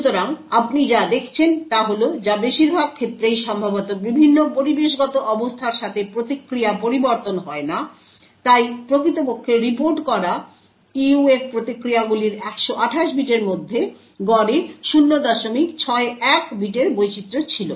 সুতরাং আপনি যা দেখছেন তা হল যে বেশিরভাগ ক্ষেত্রেই সম্ভবত বিভিন্ন পরিবেশগত অবস্থার সাথে প্রতিক্রিয়া পরিবর্তন হয় না তাই প্রকৃতপক্ষে রিপোর্ট করা PUF প্রতিক্রিয়াগুলির 128 বিটের মধ্যে গড়ে 061 বিটের বৈচিত্র ছিল